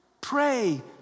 Pray